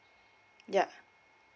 yeah